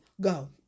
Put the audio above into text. go